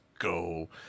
Go